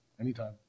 anytime